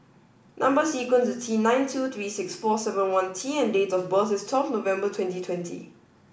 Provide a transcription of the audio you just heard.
number sequence is T nine two three six four seven one T and date of birth is twelfth November twenty twenty